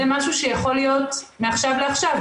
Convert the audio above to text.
זה משהו שיכול להיות מעכשיו לעכשיו,